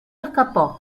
escapó